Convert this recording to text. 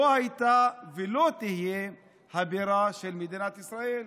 הייתה ולא תהיה הבירה של מדינת ישראל,